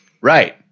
Right